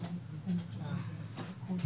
אני שבתחום רכישת המקרקעין, על אף כל המגבלות,